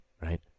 right